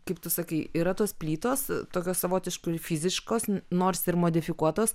kaip tu sakai yra tos plytos tokios savotiškai ir fiziškos nors ir modifikuotos